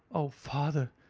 oh, father,